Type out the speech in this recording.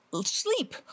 sleep